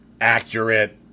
accurate